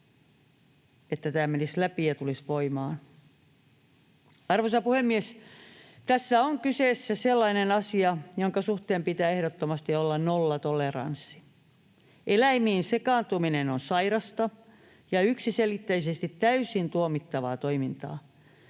että tämä menisi läpi ja tulisi voimaan. Arvoisa puhemies! Tässä on kyseessä sellainen asia, jonka suhteen pitää ehdottomasti olla nollatoleranssi. Eläimiin sekaantuminen on sairasta ja yksiselitteisesti täysin tuomittavaa toimintaa.